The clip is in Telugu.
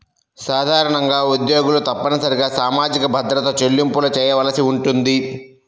సాధారణంగా ఉద్యోగులు తప్పనిసరిగా సామాజిక భద్రత చెల్లింపులు చేయవలసి ఉంటుంది